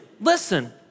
Listen